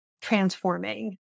transforming